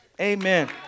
Amen